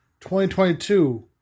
2022